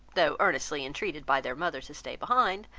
though earnestly entreated by their mother to stay behind,